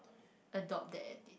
adopt that habit